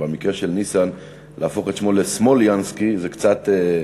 ובמקרה של ניסן להפוך את שמו ל"סמוֹלינסקי" זה קצת,